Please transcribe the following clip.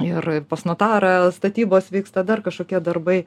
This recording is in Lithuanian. ir pas notarą statybos vyksta dar kažkokie darbai